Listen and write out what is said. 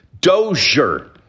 Dozier